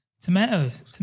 Tomatoes